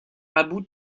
abu